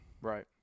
right